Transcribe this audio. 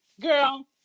girl